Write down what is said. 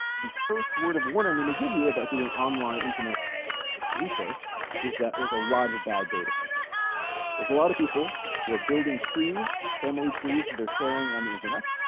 the first word of what i'm gonna give you about doing online internet research is that there's a lot of bad data out there there's a lot of people who are building trees family trees they're sharing on the internet